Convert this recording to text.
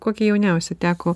kokį jauniausią teko